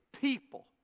people